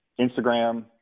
Instagram